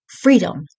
Freedom